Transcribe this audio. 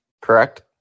Correct